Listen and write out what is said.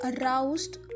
aroused